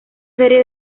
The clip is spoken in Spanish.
serie